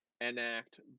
enact